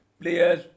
players